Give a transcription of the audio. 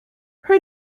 her